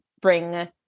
bring